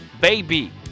baby